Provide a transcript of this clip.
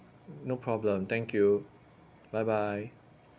no problem thank you bye bye